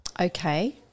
Okay